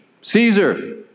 Caesar